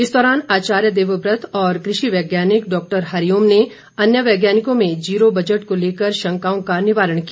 इस दौरान आर्चाय देवव्रत और कृषि वैज्ञानिक डॉक्टर हरिओम ने अन्य वैज्ञानिकों में जीरो बजट को लेकर शंकाओं का निवारण किया